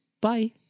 Bye